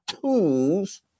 tools